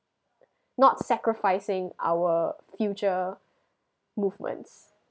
not sacrificing our future movements